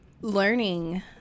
learning